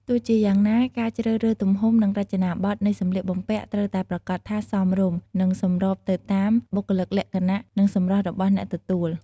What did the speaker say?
ទោះជាយ៉ាងណា ការជ្រើសរើសទំហំ និងរចនាបថនៃសម្លៀកបំពាក់ត្រូវតែប្រាកដថាសមរម្យ និងសម្របទៅតាមបុគ្គលិកលក្ខណៈ និងសម្រស់របស់អ្នកទទួល។